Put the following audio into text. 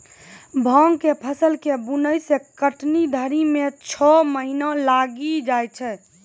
भाँग के फसल के बुनै से कटनी धरी मे छौ महीना लगी जाय छै